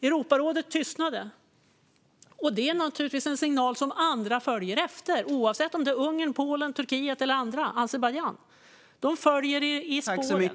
Europarådet tystnade, och detta är naturligtvis en signal som andra följer efter, oavsett om det är Ungern, Polen, Turkiet, Azerbajdzjan eller någon annan. De följer i spåren.